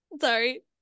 sorry